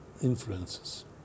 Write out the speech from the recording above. influences